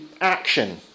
action